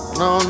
no